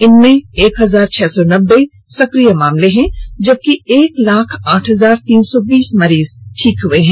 इनमें एक हजार छह सौ नब्बे सक्रिय केस हैं जबकि एक लाख आठ हजार तीन सौ बीस मरीज ठीक हुए हैं